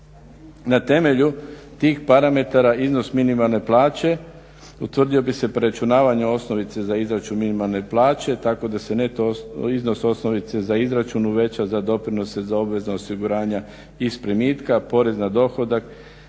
Na temelju tih parametara iznos minimalne plaće utvrdio bi se preračunavanjem osnovnice za izračun minimalne plaće, tako da se neto iznos osnovice za izračun uveća za doprinose za obvezna osiguranja iz primitka, porez na dohodak